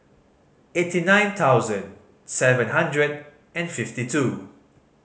eighty nine thousand seven hundred and fifty two